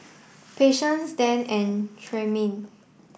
Patience Dann and Tremayne